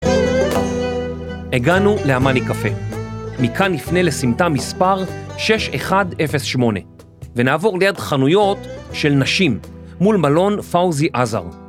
הגענו לאמני קפה, מכאן נפנה לסמטה מספר 6108 ונעבור ליד חנויות של נשים מול מלון פאוזי עזר